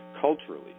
culturally